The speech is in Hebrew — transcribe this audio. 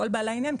כל בעלי העניין,